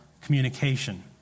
communication